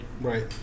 Right